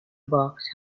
box